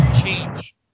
change